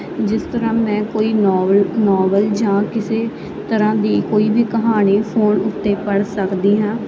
ਜਿਸ ਤਰ੍ਹਾਂ ਮੈਂ ਕੋਈ ਨੌਵਲ ਨੌਵਲ ਜਾਂ ਕਿਸੇ ਤਰ੍ਹਾਂ ਦੀ ਕੋਈ ਵੀ ਕਹਾਣੀ ਫੋਨ ਉੱਤੇ ਪੜ ਸਕਦੀ ਹਾਂ